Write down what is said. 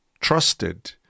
trusted